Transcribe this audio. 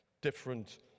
different